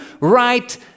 right